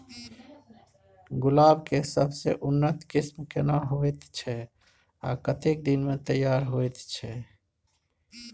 गुलाब के सबसे उन्नत किस्म केना होयत छै आ कतेक दिन में तैयार होयत छै?